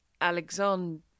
Alexander